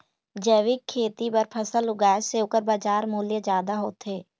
जैविक खेती बर फसल उगाए से ओकर बाजार मूल्य ज्यादा होथे